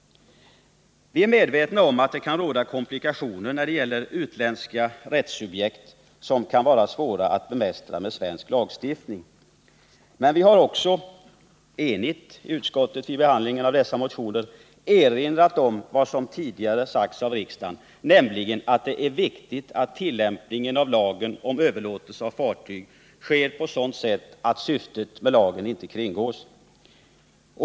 Vi är medvetna om att det kan bli komplikationer när det gäller svenska rättssubjekt, eftersom de kan vara svåra att bemästra med svensk lagstiftning. Vid behandlingen av dessa motioner har vi också i utskottet enigt erinrat om vad som tidigare sagts av riksdagen, nämligen att det är viktigt att tillämpningen av lagen om överlåtelse av fartyg sker på ett sådant sätt att syftet med lagen inte kringgås.